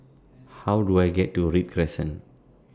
How Do I get to Read Crescent